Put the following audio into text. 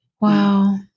Wow